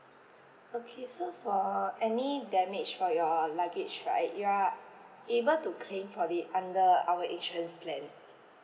okay so for any damage for your luggage right you are able to claim for the under our insurance plan